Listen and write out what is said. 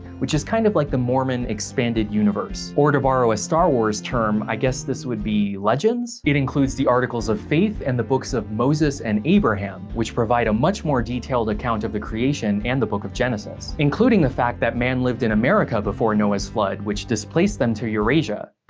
which is kind of like the mormon expanded universe. or to borrow a star wars term, i guess this would be legends? it includes the articles of faith and the books of moses and abraham, which provide a much more detailed account of the creation and the book of genesis. including the fact that man lived in america before noah's flood, which displaced them to eurasia,